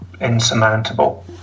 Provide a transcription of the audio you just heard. insurmountable